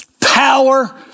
power